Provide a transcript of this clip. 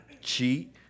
cheat